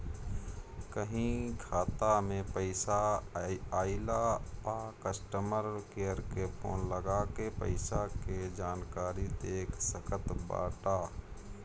कहीं खाता में पईसा आइला पअ कस्टमर केयर के फोन लगा के पईसा के जानकारी देख सकत बाटअ